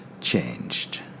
changed